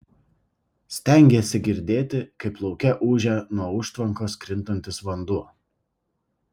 stengėsi girdėti kaip lauke ūžia nuo užtvankos krintantis vanduo